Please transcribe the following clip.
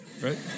right